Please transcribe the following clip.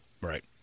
Right